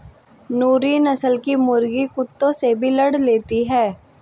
नूरी नस्ल की मुर्गी कुत्तों से भी लड़ लेती है